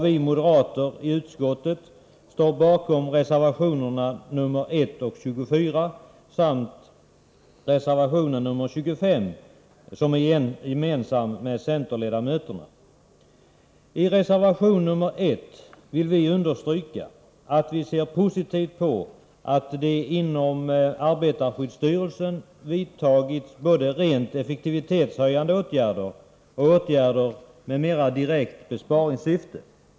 Vi moderater i utskottet står bakom reservationerna nr 1 och 24 samt reservation nr 25, som vi har avgett tillsammans med centerledamöterna. I reservation nr 1 vill vi understryka att vi ser positivt på att det inom arbetarskyddsstyrelsen har vidtagits både rent effektivitetshöjande åtgärder och åtgärder med mera direkt besparingssyfte.